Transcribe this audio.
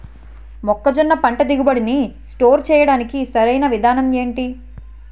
మొక్కజొన్న పంట దిగుబడి నీ స్టోర్ చేయడానికి సరియైన విధానం ఎంటి?